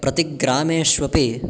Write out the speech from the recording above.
प्रतिग्रामेश्वपि